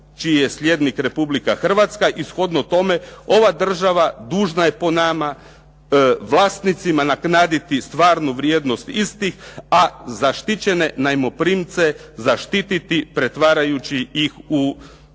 čiji je slijednik Republika Hrvatska i shodno tome ova država dužna je po nama vlasnicima naknaditi stvarnu vrijednost istih a zaštićene najmoprimce zaštititi pretvarajući ih kako